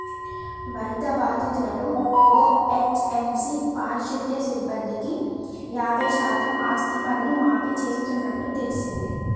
వరద బాధితులను ఓ.హెచ్.ఎం.సి పారిశుద్య సిబ్బందికి యాబై శాతం ఆస్తిపన్ను మాఫీ చేస్తున్నట్టు తెల్సింది